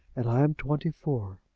and i am twenty-four.